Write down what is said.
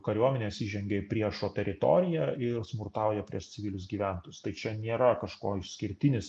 kariuomenės įžengia į priešo teritoriją ir smurtauja prieš civilius gyventojus tai čia nėra kažkuo išskirtinis